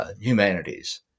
Humanities